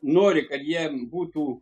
nori kad jiem būtų